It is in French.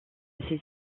ses